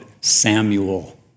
Samuel